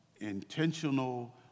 intentional